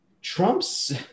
Trump's